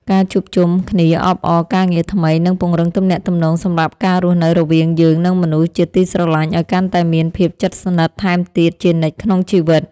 ការជួបជុំគ្នាអបអរការងារថ្មីនឹងពង្រឹងទំនាក់ទំនងសម្រាប់ការរស់នៅរវាងយើងនិងមនុស្សជាទីស្រឡាញ់ឱ្យកាន់តែមានភាពជិតស្និទ្ធថែមទៀតជានិច្ចក្នុងជីវិត។